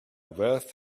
wealth